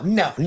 no